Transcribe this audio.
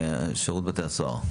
שירות בתי הסוהר.